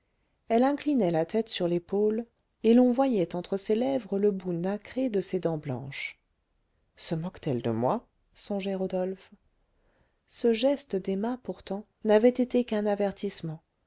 elle inclinait la tête sur l'épaule et l'on voyait entre ses lèvres le bout nacré de ses dents blanches se moque t elle de moi songeait rodolphe ce geste d'emma pourtant n'avait été qu'un avertissement